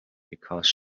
because